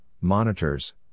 monitors